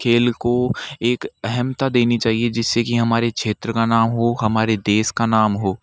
खेल को एक अहमता देनी चाहिए जिससे हमारे क्षेत्र का नाम हो हमारे देश का नाम हो